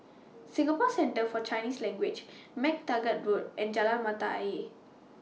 Singapore Centre For Chinese Language MacTaggart Road and Jalan Mata Ayer